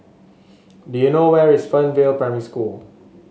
do you know where is Fernvale Primary School